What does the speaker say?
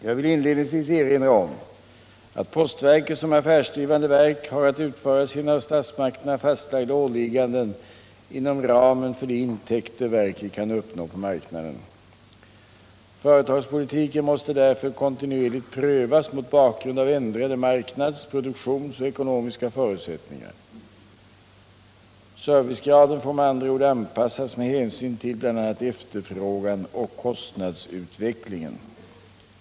Jag vill inledningsvis erinra om att postverket som affärsdrivande verk har att utföra sina av statsmakterna fastlagda åligganden inom ramen för de intäkter verket kan uppnå på marknaden. Företagspolitiken måste därför kontinuerligt prövas mot bakgrund av ändrade marknads-, produktionsoch ekonomiska förutsättningar. Servicegraden får med andra ord anpassas med hänsyn till bl.a. efterfrågan och kostnadsutvecklingen.